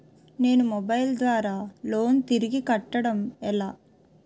నేను మొబైల్ ద్వారా లోన్ తిరిగి కట్టడం ఎలా?